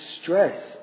stress